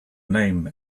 name